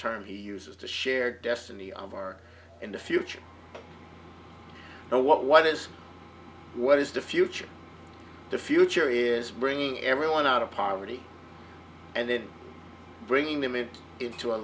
term he uses to share destiny of our in the future now what what is what is the future the future is bringing everyone out of poverty and then bringing them in into a